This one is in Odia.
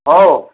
ହଉ